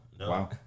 Wow